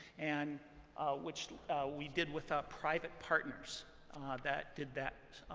and which we did with private partners that did that